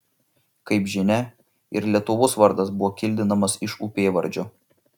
kaip žinia ir lietuvos vardas buvo kildinamas iš upėvardžio